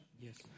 Yes